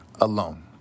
alone